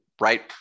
right